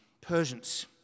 Persians